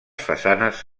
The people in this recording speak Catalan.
façanes